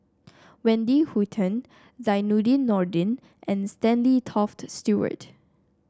Wendy Hutton Zainudin Nordin and Stanley Toft Stewart